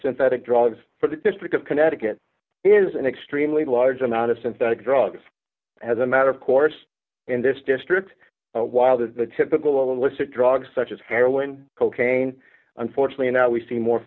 synthetic drugs for the district of connecticut is an extremely large amount of synthetic drugs as a matter of course in this district while there is the typical illicit drugs such as heroin cocaine unfortunately now we see more